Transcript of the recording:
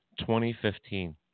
2015